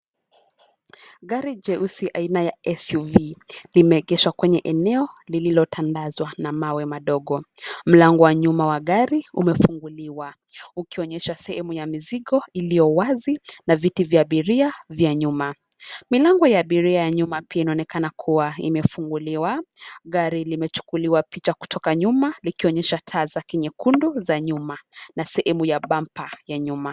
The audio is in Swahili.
Gari jeusi aina ya SUV , limeegeshwa kwenye eneo lililotandazwa na mawe madogo. Mlango wa nyuma wa gari, umefunguliwa. Ukionyesha sehemu ya mizigo iliyo wazi, na viti vya abiria vya nyuma. Milango ya abiria nyuma pia inaonekana kuwa imefunguliwa. Gari limechukuliwa picha kutoka nyuma, likionyesha taa zake nyekundu za nyuma, na sehemu ya bampa ya nyuma.